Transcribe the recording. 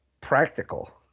practical